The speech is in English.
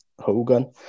Hogan